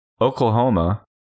Oklahoma